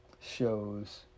shows